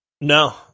No